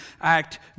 act